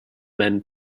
men